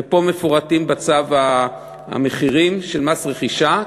ופה מפורטים בצו המחירים של מס רכישה.